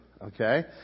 Okay